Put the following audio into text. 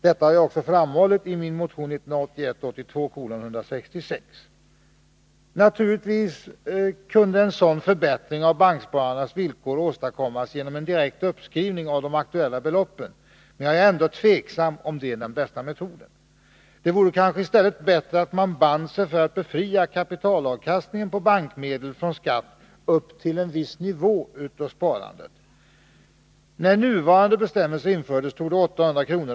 Detta har jag framhållit i min motion 1981/82:166. Naturligtvis kunde en sådan förbättring av banksparandets villkor åstadkommas genom en direkt uppskrivning av de aktuella beloppen, men jag är ändå tveksam om det är den bästa metoden. Det vore kanske i stället bättre om man band sig för att befria kapitalavkastningen på bankmedel från skatt upp till en viss nivå av sparandet. När nuvarande bestämmelser införts torde 800 kr.